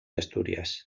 asturias